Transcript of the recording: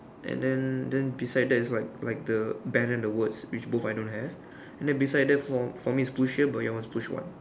and then then beside that is what like the banner and the words which both I don't have and then beside that for for me is push here but your one is push one